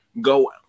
go